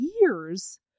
years